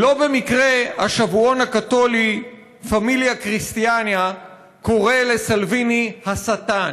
לא במקרה השבועון הקתולי פמיליה כריסטיאניה קורא לסלביני "השטן".